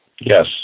Yes